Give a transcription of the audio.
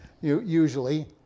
usually